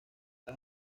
las